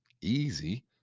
easy